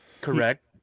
Correct